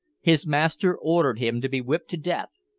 his master ordered him to be whipped to death,